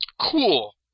Cool